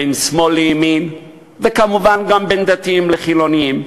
בין שמאל לימין, וכמובן גם בין דתיים לחילונים.